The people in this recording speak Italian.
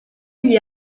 gli